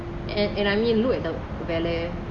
and and I mean look at the வேலை வேலை:vella vella